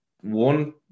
one